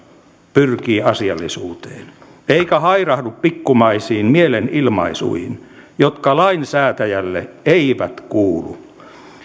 pyrkii asiallisuuteen eikä hairahdu pikkumaisiin mielenilmaisuihin jotka lainsäätäjälle eivät kuulu